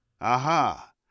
Aha